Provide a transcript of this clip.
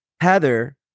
Heather